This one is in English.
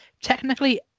technically